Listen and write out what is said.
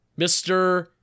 mr